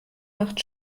macht